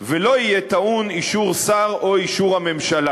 ולא יהיה טעון אישור שר או אישור הממשלה,